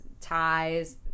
ties